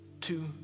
two